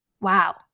Wow